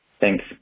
Thanks